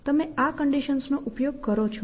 તમે આ કંડિશન્સ નો ઉપયોગ કરો છો